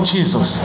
Jesus